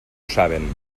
saben